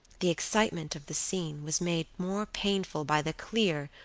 the excitement of the scene was made more painful by the clear,